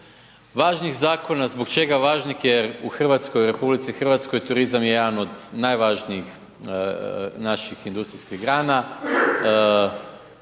važnih zakona. Zbog čega važnih? Jer u RH turizam je jedan od najvažnijih naših industrijskih grana.